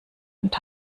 und